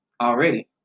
already